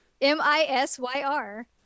M-I-S-Y-R